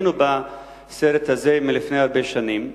היינו בסרט הזה לפני הרבה שנים.